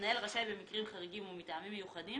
המנהל רשאי במקרים חריגים ומטעמים מיוחדים